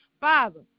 Father